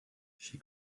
she